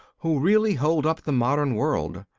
who really hold up the modern world.